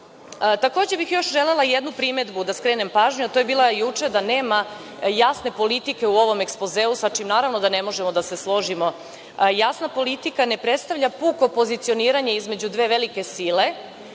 ovakve. Takođe bih želela jednu primedbu, da skrenem pažnju. To je bilo juče, da nema jasne politike u ovom ekspozeu sa čim naravno da ne možemo da se složimo. Jasna politika ne predstavlja puko pozicioniranje između dve velike sile,